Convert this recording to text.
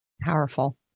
Powerful